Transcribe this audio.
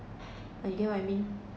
now you get what I mean